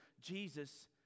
Jesus